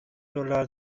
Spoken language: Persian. دلار